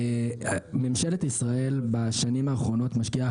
ממשלת ישראל בשנים האחרונות משקיעה